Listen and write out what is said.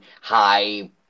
high